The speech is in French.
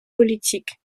politique